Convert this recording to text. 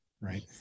right